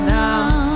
now